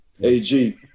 AG